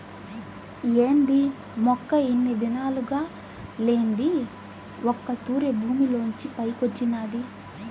ఏంది మొక్క ఇన్ని దినాలుగా లేంది ఒక్క తూరె భూమిలోంచి పైకొచ్చినాది